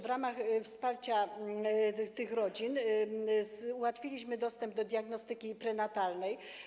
W ramach wsparcia rodzin ułatwiliśmy dostęp do diagnostyki prenatalnej.